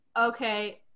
okay